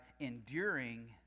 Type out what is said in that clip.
enduring